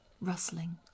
rustling